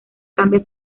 cambia